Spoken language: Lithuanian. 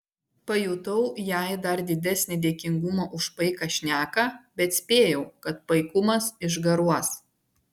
pajutau jai dar didesnį dėkingumą už paiką šneką bet spėjau kad paikumas išgaruos